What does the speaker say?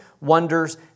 wonders